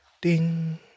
ding